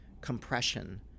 compression